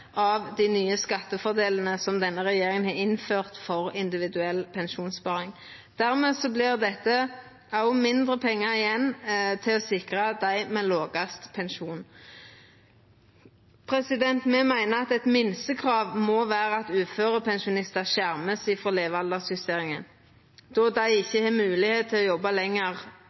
av dei nye skattefordelane som denne regjeringa har innført for individuell pensjonssparing. Dermed blir det òg mindre pengar igjen til å sikra dei med lågast pensjon. Me meiner at eit minstekrav må vera at uførepensjonistar vert skjerma frå levealdersjusteringa, då dei ikkje har moglegheit til å jobba lenger